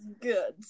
good